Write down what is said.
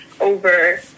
over